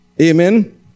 Amen